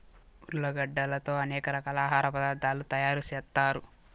ఉర్లగడ్డలతో అనేక రకాల ఆహార పదార్థాలు తయారు చేత్తారు